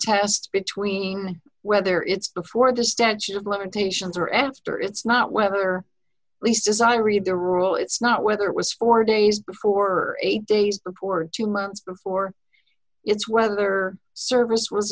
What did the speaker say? test between whether it's before the statute of limitations or after it's not whether or lease desire read the rule it's not whether it was four days before or eight days report two months before it's whether service was